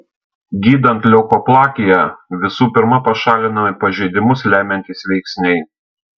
gydant leukoplakiją visų pirma pašalinami pažeidimus lemiantys veiksniai